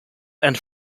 and